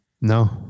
No